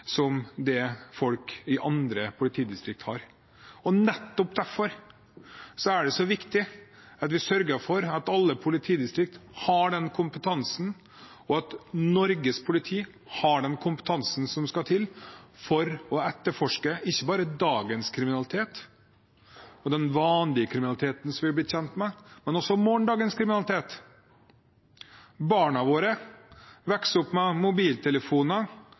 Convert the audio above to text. som det folk i andre politidistrikt har. Nettopp derfor er det så viktig at vi sørger for at alle politidistrikt har den kompetansen, og at Norges politi har den kompetansen som skal til for å etterforske ikke bare dagens kriminalitet og den vanlige kriminaliteten som vi er blitt kjent med, men også morgendagens kriminalitet. Barna våre vokser opp med mobiltelefoner,